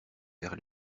vers